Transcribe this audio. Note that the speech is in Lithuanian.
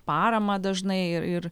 paramą dažnai ir ir